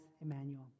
Emmanuel